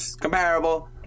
comparable